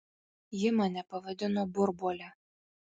ji mane pavadino burbuole